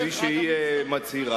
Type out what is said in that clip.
כפי שהיא מצהירה.